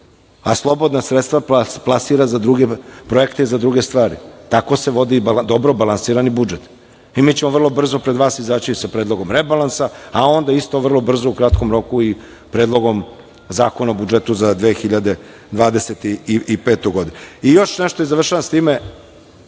a slobodna sredstva plasira za druge projekte i za druge stvari. Tako se vodi dobro balansirani budžet. Mi ćemo vrlo brzo pred vas izaći sa predlogom rebalansa, a onda isto vrlo brzo u kratkom roku i Predlogom zakona o budžetu za 2025. godinu. Još nešto, i završavam sa time,